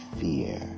fear